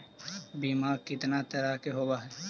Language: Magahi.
बीमा कितना तरह के होव हइ?